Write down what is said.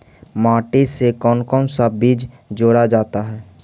माटी से कौन कौन सा बीज जोड़ा जाता है?